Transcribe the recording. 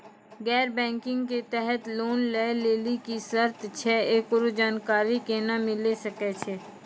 गैर बैंकिंग के तहत लोन लए लेली की सर्त छै, एकरो जानकारी केना मिले सकय छै?